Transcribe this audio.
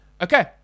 Okay